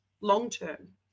long-term